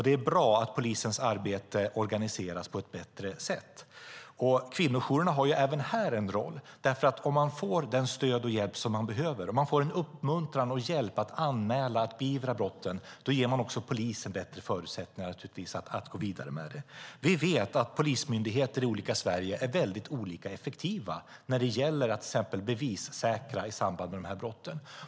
Det är bra att polisens arbete organiseras på ett bättre sätt. Även här har kvinnojourerna en roll. Får kvinnan det stöd hon behöver och uppmuntran och hjälp att anmäla och beivra brottet ger det också polisen bättre förutsättningar att gå vidare med det. Vi vet att polismyndigheterna i Sverige är olika effektiva när det gäller att till exempel bevissäkra i samband med dessa brott.